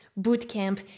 bootcamp